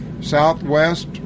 southwest